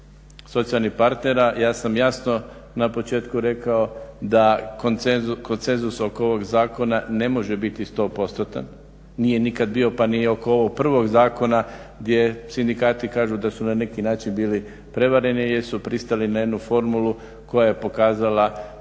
socijalnih partnera ja sam jasno na početku rekao da konsenzus oko ovog zakona ne može biti 100 postotan, nije nikad bio pa ni oko ovog prvog zakona gdje sindikati kažu da su na neki način bili prevareni jer su pristali na jednu formulu koja je pokazala